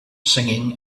singing